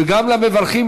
וגם המברכים,